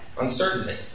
uncertainty